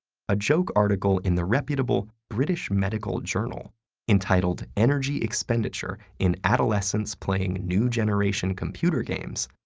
a joke article in the reputable british medical journal entitled energy expenditure in adolescents playing new generation computer games,